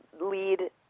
lead